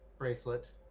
bracelet